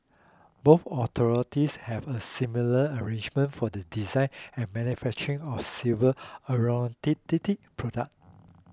both authorities have a similar arrangement for the design and manufacturing of civil aeronautical products